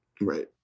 Right